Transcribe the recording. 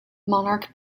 monarch